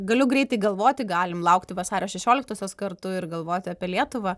galiu greitai galvoti galim laukti vasario šešioliktosios kartu ir galvoti apie lietuvą